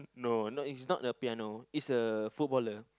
no not it's not the piano it's a footballer